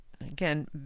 again